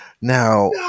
Now